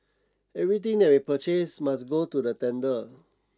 everything that we purchase must go to the tender